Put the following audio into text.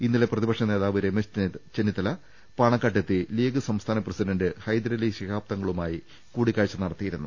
ഇന്നലെ പ്രതിപക്ഷ നേതാവ് രമേശ് ചെന്നിത്തല പാണക്കാട്ടെത്തി ലീഗ് സംസ്ഥാന പ്രസിഡന്റ് ഹൈദരലി ശിഹാബ് തങ്ങളുമായി കൂടിക്കാഴ്ച നടത്തിയിരുന്നു